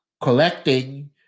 Collecting